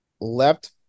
left